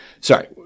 sorry